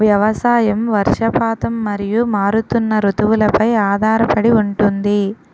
వ్యవసాయం వర్షపాతం మరియు మారుతున్న రుతువులపై ఆధారపడి ఉంటుంది